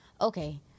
Okay